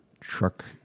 truck